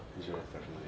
insurance definitely